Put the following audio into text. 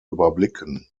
überblicken